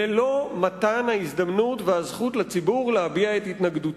ללא מתן ההזדמנות והזכות לציבור להביע את התנגדותו.